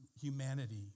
humanity